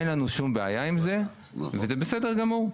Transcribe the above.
אין לנו שום בעיה עם זה וזה בסדר גמור.